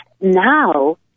Now